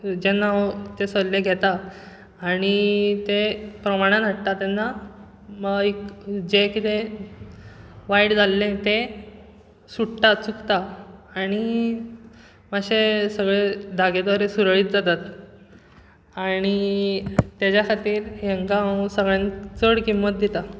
जेन्ना हांव ते सल्ले घेतां आनी ते प्रमाणान हाडटां तेन्ना एक जें किदें वायट जाल्लें तें सुट्टां चुकतां आनी मातशें सगळें धागे दोरे सुरळीत जातात आनी तेचे खातीर हेंकां हांव सगळ्यांत चड किंमत दितां